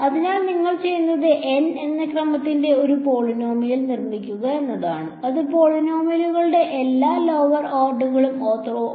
അതിനാൽ നിങ്ങൾ ചെയ്യുന്നത് N എന്ന ക്രമത്തിന്റെ ഒരു പോളിനോമിയൽ നിർമ്മിക്കുക എന്നതാണ് അത് പോളിനോമിയലുകളുടെ എല്ലാ ലോവർ ഓർഡറുകൾക്കും ഓർത്തോഗണൽ ആണ്